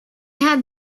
had